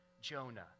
Jonah